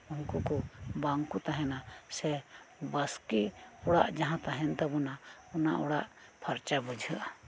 ᱩᱱᱠᱩ ᱠᱚ ᱵᱟᱝ ᱠᱚ ᱛᱟᱦᱮᱱᱟ ᱥᱮ ᱵᱟᱥᱠᱮ ᱚᱲᱟᱜ ᱡᱟᱦᱟᱸ ᱛᱟᱦᱮᱱ ᱛᱟᱵᱚᱱᱟ ᱚᱱᱟ ᱚᱲᱟᱜ ᱯᱷᱟᱨᱪᱟ ᱵᱩᱡᱷᱟᱹᱜᱼᱟ